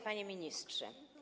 Panie Ministrze!